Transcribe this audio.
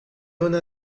una